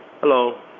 Hello